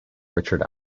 richard